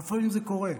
אבל לפעמים זה קורה.